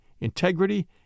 integrity